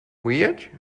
weird